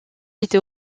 était